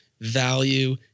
value